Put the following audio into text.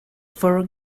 for